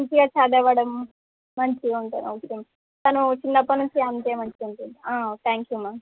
మంచిగా చదవడం మంచిగా ఉంటాడా ఓకే మ్యామ్ తను చిన్నప్పటి నుంచి అంతే మంచిగా ఉంటాడు థ్యాంక్ యూ మ్యామ్